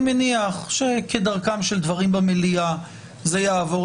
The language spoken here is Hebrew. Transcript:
אני מניח שכדרכם של דברים במליאה זה יעבור